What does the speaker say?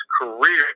career